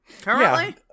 Currently